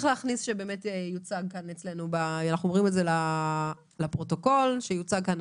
אנחנו אומרים לפרוטוקול שצריך להכניס שיוצג כאן